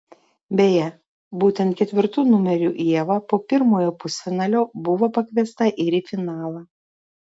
beje būtent ketvirtu numeriu ieva po pirmojo pusfinalio buvo pakviesta ir į finalą